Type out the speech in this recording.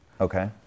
Okay